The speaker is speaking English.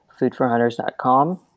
foodforhunters.com